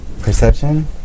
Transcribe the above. Perception